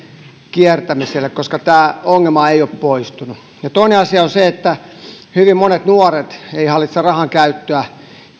kiertämiselle tämä ongelma ei ole poistunut toinen asia on se että hyvin monet nuoret eivät hallitse rahankäyttöä